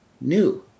new